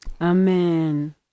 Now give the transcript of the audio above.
Amen